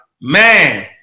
Man